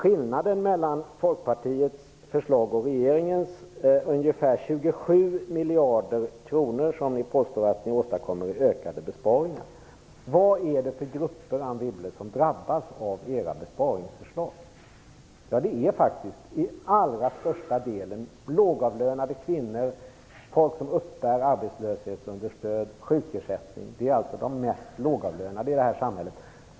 Skillnaden mellan Folkpartiets förslag och regeringens är ungefär 27 miljarder kronor, ett belopp som ni påstår att ni åstadkommer i ökade besparingar. Vilka grupper är det som drabbas av era besparingsförslag, Anne Wibble? Det är faktiskt till allra största delen lågavlönade kvinnor, folk som uppbär arbetslöshetsunderstöd, sjukersättning, osv. Det är alltså de mest lågavlönade i det här samhället.